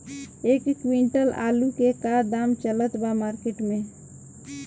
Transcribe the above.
एक क्विंटल आलू के का दाम चलत बा मार्केट मे?